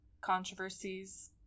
controversies